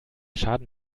schaden